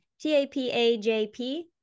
T-A-P-A-J-P